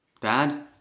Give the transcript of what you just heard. Dad